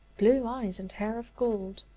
blue eyes and hair of gold,